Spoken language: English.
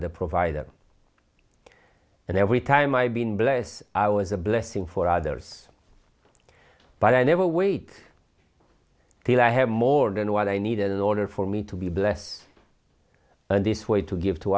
the provider and every time i've been blessed i was a blessing for others but i never wait till i have more than what i needed in order for me to be blessed and this way to give to